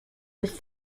with